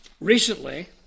recently